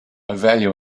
value